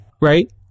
right